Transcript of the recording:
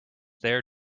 there